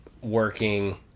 working